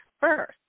first